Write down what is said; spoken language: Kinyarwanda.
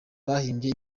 bahimbye